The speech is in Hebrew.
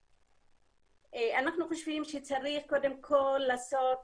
אנחנו חושבים שצריך קודם כל לעשות